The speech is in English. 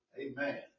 Amen